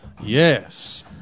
Yes